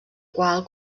qual